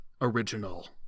original